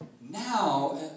Now